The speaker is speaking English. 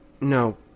No